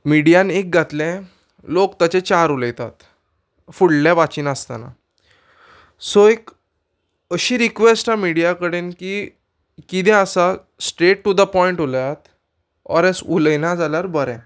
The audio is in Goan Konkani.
मिडियान एक घातलें लोक ताचेर चार उलयतात फुडलें वाचिनासताना सो एक अशी रिक्वेस्ट आहा मिडिया कडेन की किदें आसा straight to the point or else एल्स उलयना जाल्यार बरें